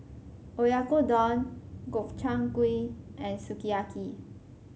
Oyakodon Gobchang Gui and Sukiyaki